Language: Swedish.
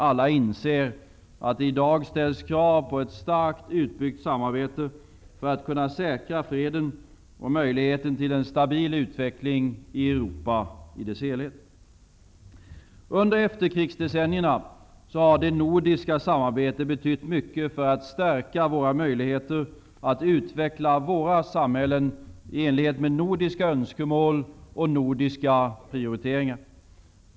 Alla inser att det i dag ställs krav på ett starkt utbyggt samarbete för att säkra freden och möjligheten till en stabil utveckling i Under efterkrigsdecennierna har det nordiska samarbetet betytt mycket för att stärka våra möjligheter att utveckla våra samhällen i enlighet med nordiska önskemål och nordiska prioriteringar.